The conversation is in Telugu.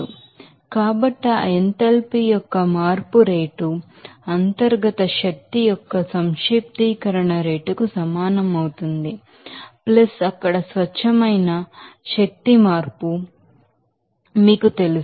కాబట్టి ఆ ఎంథాల్పీ యొక్క చేంజ్ రేటు ఇంటర్నల్ ఎనర్జీ యొక్క సమేషన్ రేటుకు సమానం అవుతుంది అక్కడ స్వచ్ఛమైన శక్తి మార్పు మీకు తెలుసు